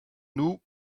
nous